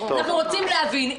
אנחנו רוצים להבין,